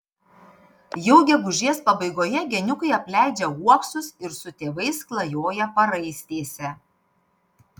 jau gegužės pabaigoje geniukai apleidžia uoksus ir su tėvais klajoja paraistėse